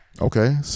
Okay